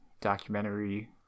documentary